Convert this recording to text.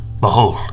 Behold